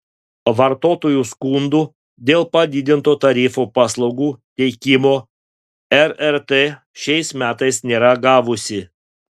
vartotojų skundų dėl padidinto tarifo paslaugų teikimo rrt šiais metais nėra gavusi